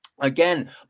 Again